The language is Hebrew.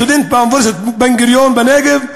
סטודנט באוניברסיטת בן-גוריון בנגב.